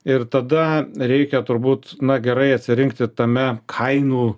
ir tada reikia turbūt na gerai atsirinkti tame kainų